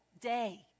day